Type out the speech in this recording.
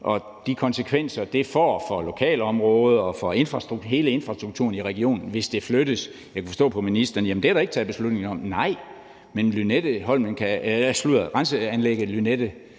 og de konsekvenser, som det får for lokalområdet og for hele infrastrukturen i regionen, hvis det flyttes. Jeg kunne forstå på ministeren, at der ikke er taget beslutning om det. Nej, men renseanlægget Lynetten